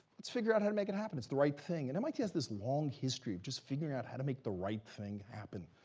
let's figure out how to make it happen. it's the right thing. and mit has this long history of just figuring out how to make the right thing happen,